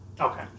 Okay